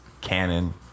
Canon